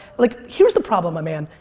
like here's the problem, my man,